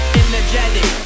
energetic